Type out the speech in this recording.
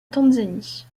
tanzanie